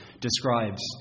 describes